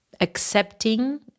accepting